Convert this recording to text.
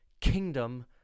kingdom